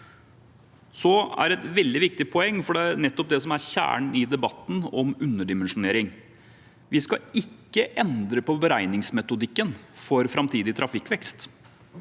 dette et veldig viktig poeng, for det er nettopp det som er kjernen i debatten om underdimensjonering: Vi skal ikke endre på beregningsmetodikken for framtidig trafikkvekst.